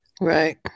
Right